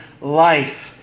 life